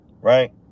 right